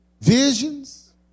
Visions